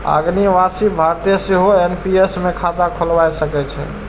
अनिवासी भारतीय सेहो एन.पी.एस मे खाता खोलाए सकैए